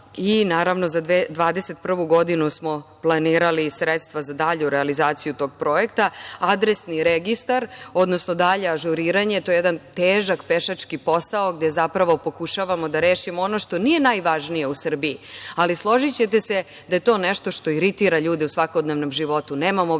i za 2021. godinu smo planirali sredstva za dalju realizaciju tog projekta. Adresni registar, odnosno dalje ažuriranje, to je jedan težak pešački posao, gde zapravo pokušavamo da rešimo ono što nije najvažnije u Srbiji, ali složićete se da je to nešto što iritira ljude u svakodnevnom životu. Nemamo obeleženu